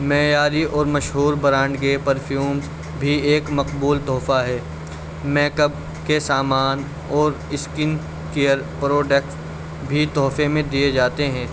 معیاری اور مشہور برانڈ کے پرفیوم بھی ایک مقبول تحفہ ہے میکپ کے سامان اور اسکن کیئر پروڈکٹ بھی تحفے میں دیے جاتے ہیں